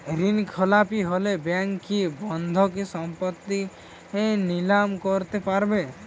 ঋণখেলাপি হলে ব্যাঙ্ক কি বন্ধকি সম্পত্তি নিলাম করতে পারে?